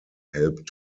helped